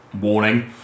warning